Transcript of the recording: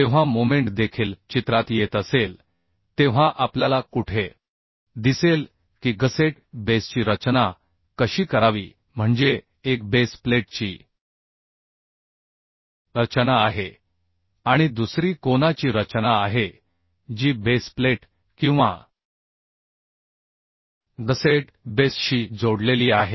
जेव्हा मोमेंट देखील चित्रात येत असेल तेव्हा आपल्याला कुठे दिसेल की गसेट बेसची रचना कशी करावी म्हणजे एक बेस प्लेटची रचना आहे आणि दुसरी कोनाची रचना आहे जी बेस प्लेट किंवा गसेट बेसशी जोडलेली आहे